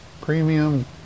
premium